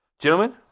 Gentlemen